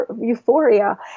euphoria